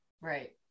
right